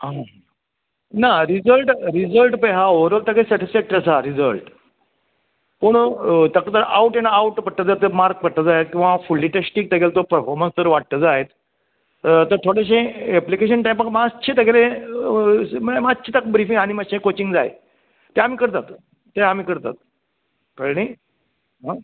आं ना result result पय हां ओवराॅल तेका सेटीस्फेक्टरी आसा रिजल्ट पूण तेका जर आवट एन आवट तेका जर मार्क पडटले जाल्यार हांव फुडलें ते पफाॅर्मन्स तेजो वाडटलो जायत तर थोडेशें एपिल्केशन म्हाका मात्शें तेगेलें म्हळ्यार मात्शें ताका ब्रिफींग आनी मात्शें काॅचिंग जाय त्या आमी करतात तें आमी करतात कळलें न्ही आं